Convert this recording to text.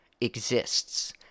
exists